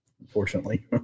Unfortunately